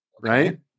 Right